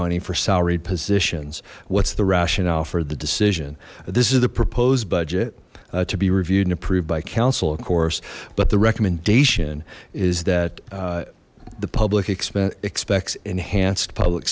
money for salaried positions what's the rationale for the decision this is the proposed budget to be reviewed and approved by council of course but the recommendation is that the public expense expects enhanced public